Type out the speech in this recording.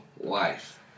life